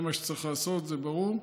זה מה שצריך לעשות, זה ברור.